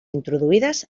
introduïdes